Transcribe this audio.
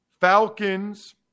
Falcons